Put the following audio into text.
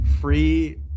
free